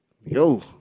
yo